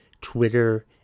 Twitter